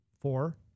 four